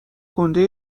گُنده